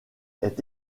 est